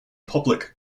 public